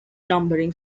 numbering